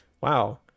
wow